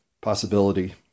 possibility